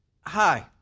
hi